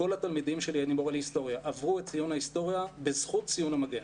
כל התלמידים שלי עברו את ציון ההסטוריה בזכות ציון המגן.